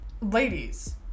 ladies